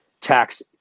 tax